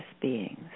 beings